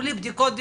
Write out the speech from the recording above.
בלי בדיקות דנ”א,